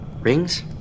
Rings